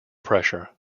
pressure